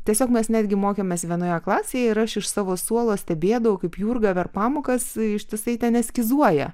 tiesiog mes netgi mokėmės vienoje klasėje ir aš iš savo suolo stebėdavau kaip jurga per pamokas ištisai ten eskizuoja